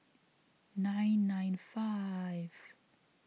nine nine five